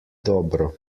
dobro